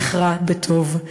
זכרה בטוב,